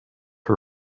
her